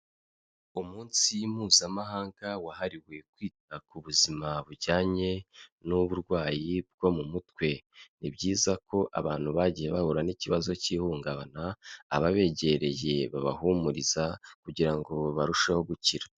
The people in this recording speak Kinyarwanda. Umunsi mpuzamahanga wahariwe kwita ku buzima bujyanye n'uburwayi bwo mu mutwe, ni byiza ko abantu bagiye bahura n'ikibazo cy'ihungabana, ababegereye babahumuriza kugira ngo barusheho gukira.